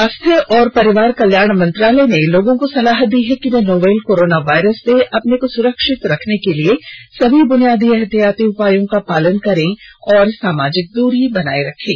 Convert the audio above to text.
स्वास्थ्य और परिवार कल्याण मंत्रालय ने लोगों को सलाह दी है कि वे नोवल कोरोना वायरस से अपने को सुरक्षित रखने के लिए सभी बनियादी एहतियाती उपायों का पालन करें और सामाजिक द्री बनाए रखें